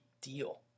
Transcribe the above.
deal